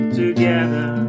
together